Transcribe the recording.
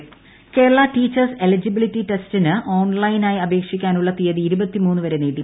K TET Kerala teachers eligibility ടെസ്റ്റിന് online ആയി അപേക്ഷിക്കാനുളള തീയതി നീട്ടി